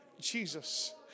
Jesus